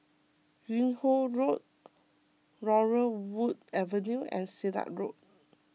Yung Ho Road Laurel Wood Avenue and Silat Road